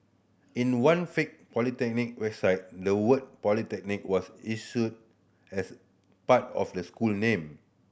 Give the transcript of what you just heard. in one fake polytechnic website the word Polytechnic was issue as part of the school name